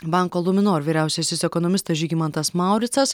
banko luminor vyriausiasis ekonomistas žygimantas mauricas